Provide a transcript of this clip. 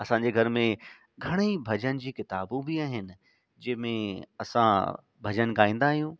असांजे घर में घणेई भॼन जी किताबूं बि आहिनि जंहिं में असां भॼन गाईंदा आहियूं